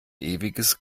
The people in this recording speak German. ewiges